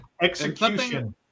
Execution